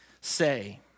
say